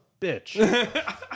bitch